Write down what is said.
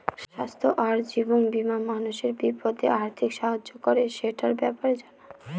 স্বাস্থ্য আর জীবন বীমা মানুষের বিপদে আর্থিক সাহায্য করে, সেটার ব্যাপারে জানা